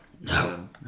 No